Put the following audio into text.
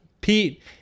pete